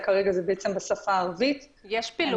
יש לנו